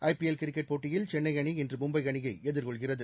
ஐ P L cricket போட்டியில் சென்னை அணி இன்று மும்பை அணியை எதிர்கொள்கிறது